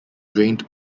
drained